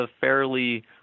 fairly